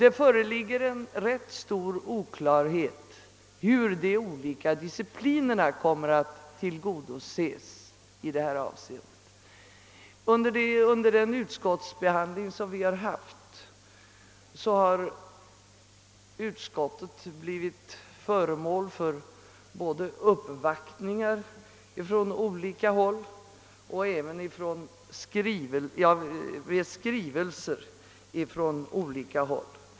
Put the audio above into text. Det föreligger en rätt stor oklarhet om hur de olika disciplinerna kommer att tillgodoses i detta avseende. Under utskottsbehandlingen har utskottet både blivit föremål för uppvaktningar från olika håll och erhållit skrivelser.